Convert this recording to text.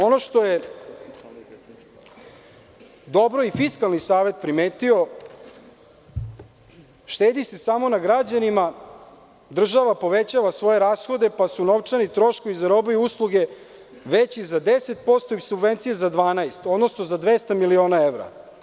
Ono što je dobro i Fiskalni savet primetio, štedi se samo na građanima, država povećava svoje rashode, pa su novčani troškovi za robu i usluge veći za 10% i subvencije za 12%, odnosno za 200 miliona evra.